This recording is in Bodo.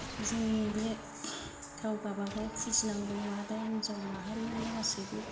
जोंनि बे गाव गावबागाव फुजिनांगौवा बे हिनजाव माहारिनिनो गासैबो